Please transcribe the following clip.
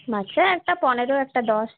বাচ্চা একটা পনেরো একটা দশ